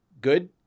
Good